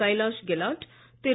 Kailash Gehlot Thiru